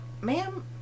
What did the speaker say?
ma'am